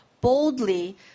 boldly